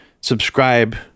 subscribe